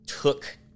took